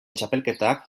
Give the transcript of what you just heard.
txapelketak